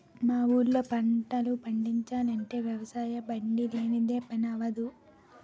మా ఊళ్ళో పంటలు పండిచాలంటే వ్యవసాయబండి లేనిదే పని అవ్వదు